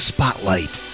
Spotlight